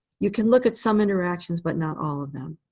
you can look at some interactions, but not all of them.